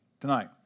tonight